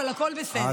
אבל הכול בסדר.